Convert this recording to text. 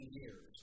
years